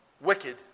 wicked